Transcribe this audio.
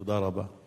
תודה רבה.